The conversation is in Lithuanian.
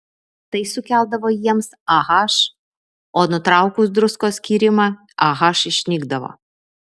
tai sukeldavo jiems ah o nutraukus druskos skyrimą ah išnykdavo